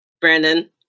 Brandon